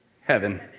Heaven